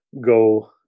go